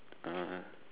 uh